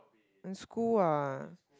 in school ah